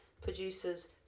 producers